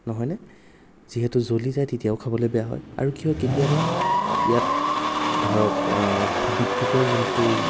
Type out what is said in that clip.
নহয়নে যিহেতু জ্বলি যায় তেতিয়াও খাবলৈ বেয়া হয় আৰু কি হয় কেতিয়াবা ইয়াত ধৰক বিদ্যুতৰ যোনটো